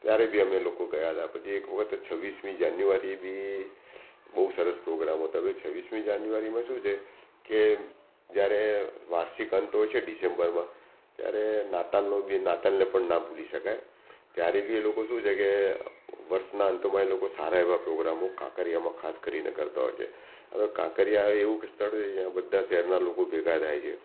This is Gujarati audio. ત્યારે બી અમે લોકો ગયા હતા પછી એક વખત છવ્વીસમી જાન્યુઆરી બી બઉ સરસ પ્રોગ્રામ હતો હવે છવ્વીસમી જાન્યુઆરીમાં શું છે કે જયારે વાર્ષિક અંત હોય છે ડિસેમ્બરમાં ત્યારે નાતાલનો બી નાતાલને પણ ના ભૂલી શકાય ત્યારે બી એ લોકો શું છે કે વર્ષના અંતમાં એ લોકો સારા એવા પ્રોગ્રામો કાંકરિયામાં ખાસ કરીને કરતા હોય છે હવે કાંકરિયા એવું કે સ્થળ છે ત્યાં બધા શહેરનાં લોકો ભેગા થાય છે